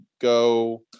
go